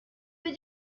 پیرت